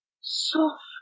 soft